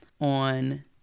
on